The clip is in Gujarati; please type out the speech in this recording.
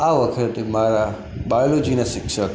આ વખતે મારા બાયોલોજીના શિક્ષક